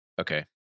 Okay